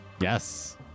yes